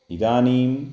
इदानीं